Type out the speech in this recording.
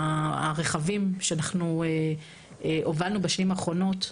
הרחבים, שהובלנו בשנים האחרונות,